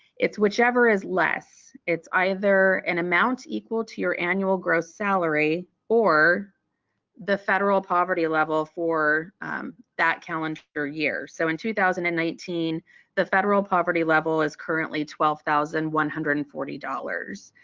it's whichever is less, it's either an amount equal to your annual gross salary or the federal poverty level for that calendar year. so in two thousand and nineteen the federal poverty level is currently twelve thousand one hundred and forty dollars.